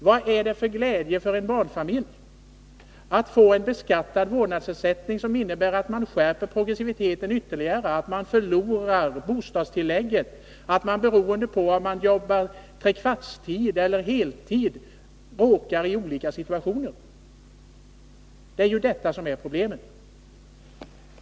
Vad har en barnfamilj för glädje av att få en beskattad vårdnadsersättning som innebär att progressiviteten skärps ytterligare, att bostadstillägget förloras, att man beroende på om man arbetar tre fjärdedelar av arbetstiden eller heltid råkar i olika situationer? Det är ju detta som är problemet.